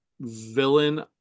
villain